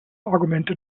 argumente